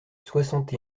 soixante